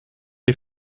est